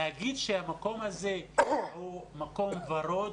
להגיד שהמקום הזה הוא מקום ורוד?